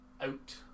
out